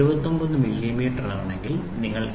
00 മില്ലിമീറ്ററാണെങ്കിൽ നിങ്ങൾ 79